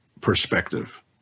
perspective